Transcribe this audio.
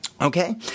okay